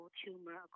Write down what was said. tumor